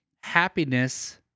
happiness